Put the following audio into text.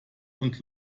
und